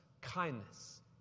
kindness